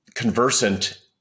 conversant